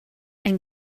ein